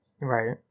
Right